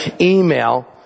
email